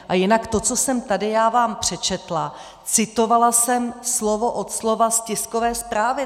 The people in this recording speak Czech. A jinak to, co jsem vám tady přečetla, citovala jsem slovo od slova z tiskové zprávy.